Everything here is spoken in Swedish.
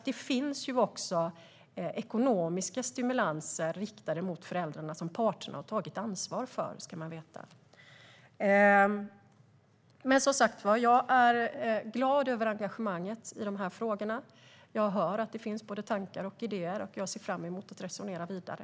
Det finns alltså ekonomiska stimulanser riktade mot föräldrarna som parterna har tagit ansvar för. Jag är glad över engagemanget i dessa frågor. Jag hör att det finns båda tankar och idéer, och jag ser fram emot att resonera vidare.